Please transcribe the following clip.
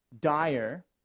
dire